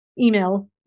email